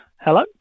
Hello